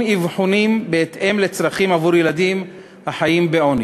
אבחונים בהתאם לצרכים עבור ילדים החיים בעוני,